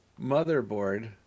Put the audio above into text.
motherboard